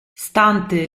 stante